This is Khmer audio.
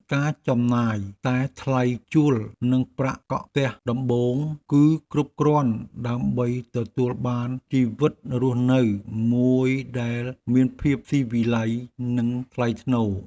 ការចំណាយតែថ្លៃជួលនិងប្រាក់កក់ផ្ទះដំបូង គឺគ្រប់គ្រាន់ដើម្បីទទួលបានជីវិតរស់នៅមួយដែលមានភាពស៊ីវិល័យនិងថ្លៃថ្នូរ។